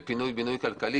בפינוי-בינוי כלכלי.